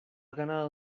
ganado